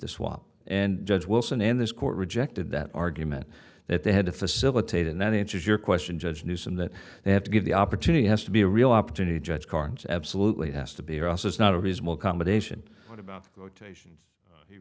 the swap and judge wilson in this court rejected that argument that they had to facilitate and that answers your question judge newsome that they have to give the opportunity has to be a real opportunity judge carnes absolutely has to be there also is not a reasonable accommodation what about